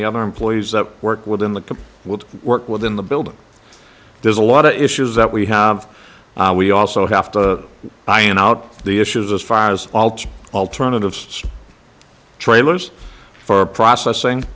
the other employees that work within the will to work within the building there's a lot of issues that we have we also have to iron out the issues as far as alternatives trailers for processing